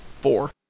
four